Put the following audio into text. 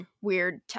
weird